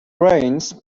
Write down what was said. rains